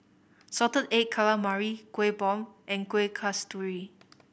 Salted Egg Calamari Kueh Bom and Kueh Kasturi